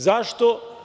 Zašto?